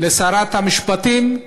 לשרת המשפטים,